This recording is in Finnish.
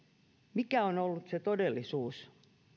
mikä on ollut se todellisuus